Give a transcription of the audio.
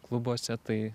klubuose tai